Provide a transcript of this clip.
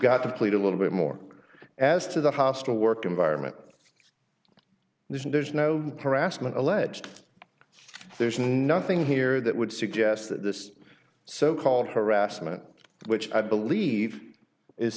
got to plead a little bit more as to the hostile work environment there's no harassment alleged there's nothing here that would suggest that this so called harassment which i believe is